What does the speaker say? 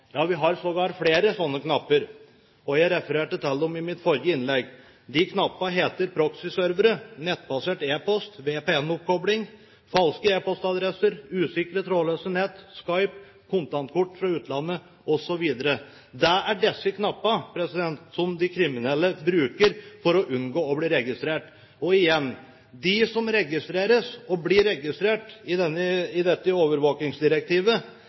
Ja, vi har sågar flere slike knapper, og jeg refererte til dem i mitt forrige innlegg. De knappene heter proxy-servere, nettbasert e-post, VPN-oppkobling, falske e-postadresser, usikrede trådløse nett, Skype, kontantkort fra utlandet osv. Det er disse knappene som de kriminelle bruker for å unngå å bli registrert. Og igjen: De som blir registrert etter dette overvåkingsdirektivet,